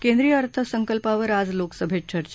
केंद्रीय अर्थसंकल्पावर आज लोकसभेत चर्चा